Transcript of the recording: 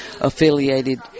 affiliated